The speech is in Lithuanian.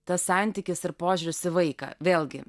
tas santykis ir požiūris į vaiką vėlgi